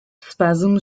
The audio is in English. spasm